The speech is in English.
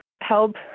help